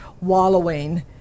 wallowing